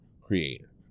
creator